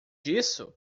disso